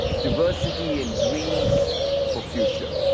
diversity and dreams for future.